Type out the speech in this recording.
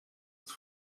het